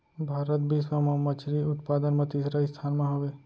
भारत बिश्व मा मच्छरी उत्पादन मा तीसरा स्थान मा हवे